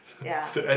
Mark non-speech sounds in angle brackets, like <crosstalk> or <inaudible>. ya <noise>